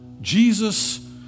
Jesus